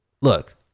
look